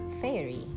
fairy